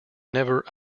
never